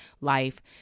life